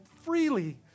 freely